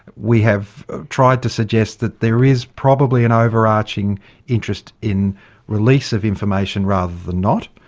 we have tried to suggest that there is probably an overarching interest in release of information rather than not.